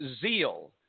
zeal